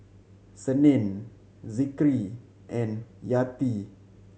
Senin Zikri and Yati